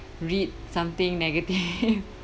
read something negative